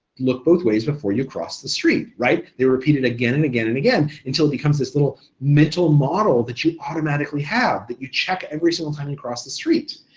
look both ways before you cross the street. they repeat it again and again and again until it becomes this little mental model that you automatically have, that you check every single time you cross the street.